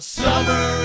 summer